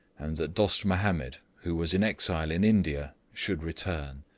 and that dost mahomed, who was in exile in india, should return.